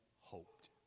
hoped